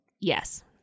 Yes